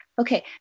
okay